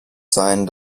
sein